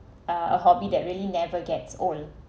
uh a hobby that really never gets old